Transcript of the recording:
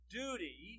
duty